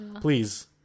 please